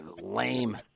lame